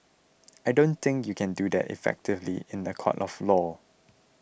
I don't think you can do that effectively in a court of law